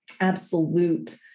absolute